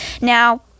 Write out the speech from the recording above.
Now